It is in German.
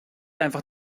einfach